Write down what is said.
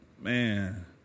Man